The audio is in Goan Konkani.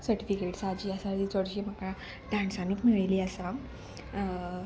सर्टिफिकेट्सां जी आसा जी चडशी म्हाका डांसानीक मेळयली आसा